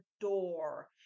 door